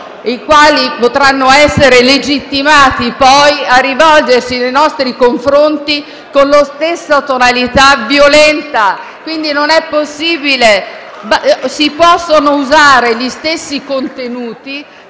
i quali potranno essere legittimati poi a rivolgersi nei nostri confronti con la stessa tonalità violenta. *(Applausi dal Gruppo M5S)*. Non è possibile. Si possono usare gli stessi contenuti